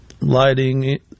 lighting